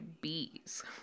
bees